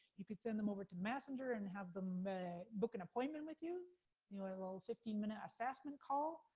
you could send them over to messenger and have them book an appointment with you. you know, a little fifteen minute assessment call.